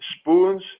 spoons